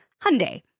Hyundai